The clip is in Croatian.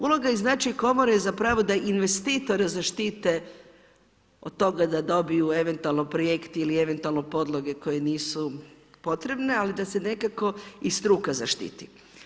Uloga i značaj komore je da investitora zaštite od toga da dobiju eventualno projekt ili eventualno podloge koje nisu potrebne, ali da se nekako i struka zaštiti.